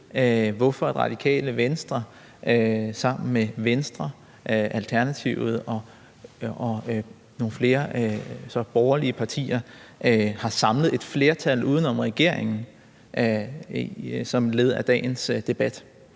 hvorfor Radikale Venstre sammen med Venstre, Alternativet og nogle flere borgerlige partier har samlet et flertal uden om regeringen som et led i dagens debat.